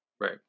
right